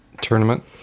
tournament